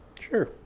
Sure